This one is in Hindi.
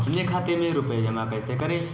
हम अपने खाते में रुपए जमा कैसे करें?